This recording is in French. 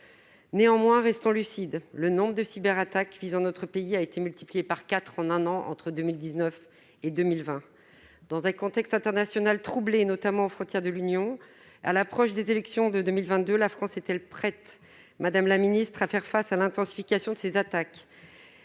Néanmoins, restons lucides : le nombre de cyberattaques visant notre pays a été multiplié par quatre entre 2019 et 2020. Dans un contexte international troublé, notamment aux frontières de l'Union européenne, et à l'approche des élections de 2022, la France est-elle prête, madame la secrétaire d'État, à faire face à l'intensification de ces attaques ?